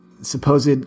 supposed